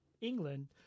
England